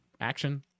action